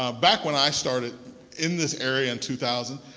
ah back when i started in this area in two thousand,